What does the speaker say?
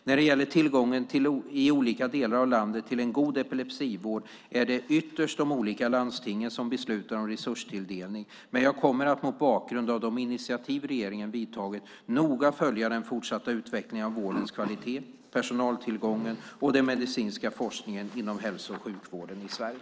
När det gäller tillgången i olika delar av landet till en god epilepsivård är det ytterst de olika landstingen som beslutar om resurstilldelning, men jag kommer mot bakgrund av de initiativ regeringen vidtagit att noga följa den fortsatta utvecklingen av vårdens kvalitet, personaltillgången och den medicinska forskningen inom hälso och sjukvården i Sverige.